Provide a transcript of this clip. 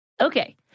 Okay